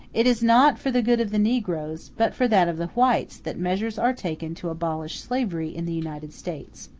it is not for the good of the negroes, but for that of the whites, that measures are taken to abolish slavery in the united states.